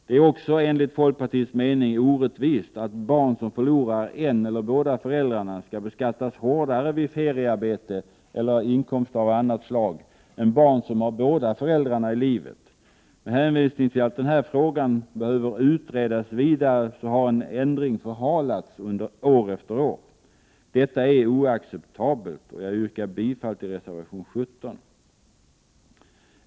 Det är också enligt folkpartiets mening orättvist att barn som förlorat en av föräldrarna, eller båda föräldrarna, skall beskattas hårdare vid feriearbete eller inkomster av annat slag än barn som har båda föräldrarna i livet. Med hänvisning till att frågan behöver utredas vidare har en ändring förhalats år efter år. Detta är oacceptabelt, och jag yrkar bifall till reservation 17.